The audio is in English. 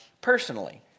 personally